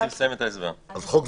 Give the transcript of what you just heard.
בהסבר.